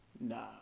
Nah